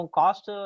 cost